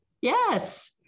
Yes